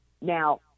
Now